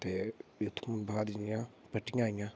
ते प्ही उत्थूं बाद जि'यां पट्टियां आइयां